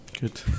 Good